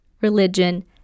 religion